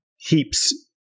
Heaps